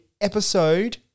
episode